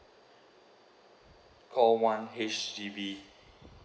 call one H_D_B